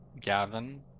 Gavin